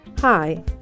Hi